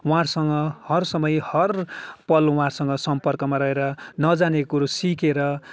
उहाँहरूसँग हर समय हरपल उहाँसँग समपर्कमा रहेर नजानेको कुरो सिकेर